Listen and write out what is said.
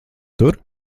tur